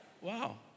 Wow